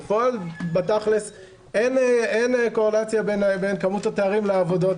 בפועל בתכלס אין קורלציה בין כמות התארים לעבודות